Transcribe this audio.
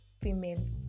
females